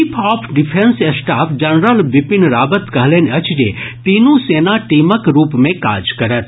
chief of defence staff general Vipin Rawat कहलनि अछि जे तीनू सेना टीमक रूप मे काज करत